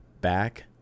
back